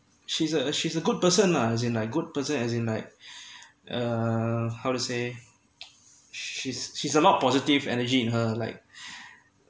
she's a she's a good person lah as in like good person as in like uh how to say she's she's a lot positive energy in her like